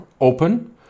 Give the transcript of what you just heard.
open